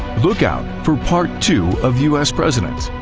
look out for part two of us presidents,